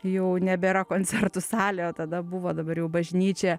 jau nebėra koncertų salė o tada buvo dabar jau bažnyčia